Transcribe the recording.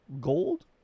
gold